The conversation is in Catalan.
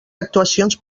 actuacions